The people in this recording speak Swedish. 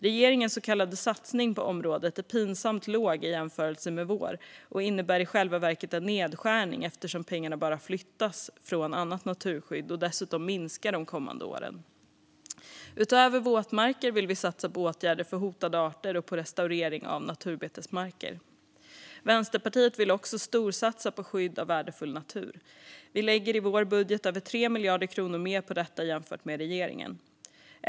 Regeringens så kallade satsning på området är pinsamt låg i jämförelse med vår och innebär i själva verket en nedskärning, eftersom pengarna bara flyttas från annat naturskydd och dessutom minskar de kommande åren. Utöver våtmarker vill vi satsa på åtgärder för hotade arter och på restaurering av naturbetesmarker. Vänsterpartiet vill också storsatsa på skydd av värdefull natur. Vi lägger i vår budget över 3 miljarder kronor mer på detta jämfört med regeringen.